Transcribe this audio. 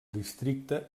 districte